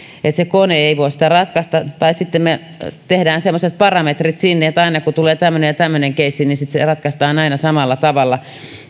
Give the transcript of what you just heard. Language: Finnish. kone ei voi sitä ratkaista tai sitten tehdään semmoiset parametrit sinne että aina kun tulee tämmöinen ja tämmöinen keissi niin sitten se ratkaistaan aina samalla tavalla